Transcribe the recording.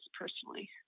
personally